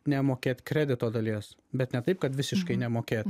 nemokėt kredito dalies bet ne taip kad visiškai nemokėt